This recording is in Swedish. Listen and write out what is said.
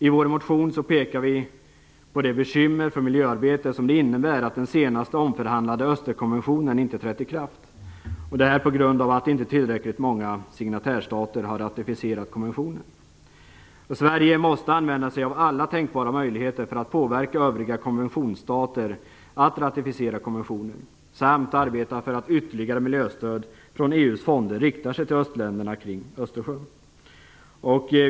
I vår motion pekar vi på det bekymmer för miljöarbete som det innebär att den senast omförhandlade Östersjökonventionen inte trätt i kraft, detta på grund av att inte tillräckligt många signatärstater har ratificerat konventionen. Sverige måste använda sig av alla tänkbara möjligheter för att påverka övriga konventionsstater att ratificera konventionen samt arbeta för att ytterligare miljöstöd från EU:s fonder riktar sig till östländerna kring Östersjön.